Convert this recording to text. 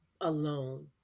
alone